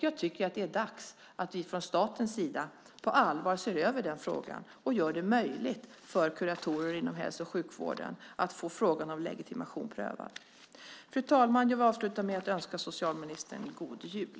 Jag tycker att det är dags att vi från statens sida på allvar ser över den frågan och gör det möjligt för kuratorer inom hälso och sjukvården att få frågan om legitimation prövad. Fru talman! Jag vill avsluta med att önska socialministern god jul!